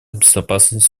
безопасностью